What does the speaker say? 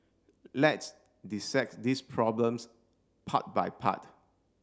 let's dissect this problems part by part